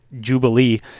jubilee